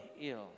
ill